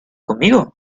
conmigo